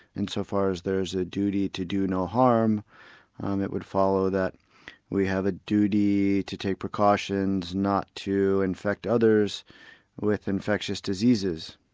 insofar as there is a duty to do no harm and it would follow that we have a duty to take precautions not to infect others with infectious diseases.